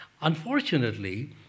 Unfortunately